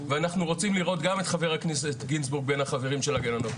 ואנחנו רוצים לראות גם את חבר הכנסת גינזבורג בין החברים של הגננות.